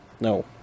No